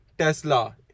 Tesla